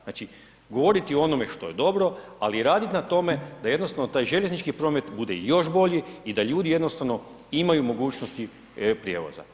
Znači govoriti o onome što je dobro ali i radit na tome da jednostavno taj željeznički promet bude još bolji i da ljudi jednostavno imaju mogućnosti prijevoza.